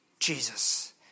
Jesus